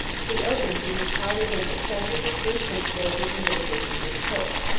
he opened to his colleague and successor the true principle of his negotiations with the pope.